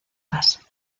gas